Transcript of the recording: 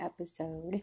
episode